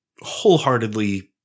wholeheartedly